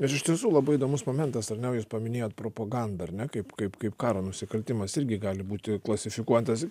ir iš tiesų labai įdomus momentas ar ne jūs paminėjot propagandą ar ne kaip kaip kaip karo nusikaltimas irgi gali būti klasifikuotas